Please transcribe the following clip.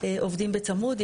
עובדים בצמוד.